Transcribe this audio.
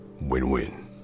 Win-win